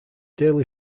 daily